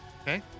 Okay